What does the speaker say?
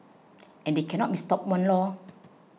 and they cannot be stopped one lor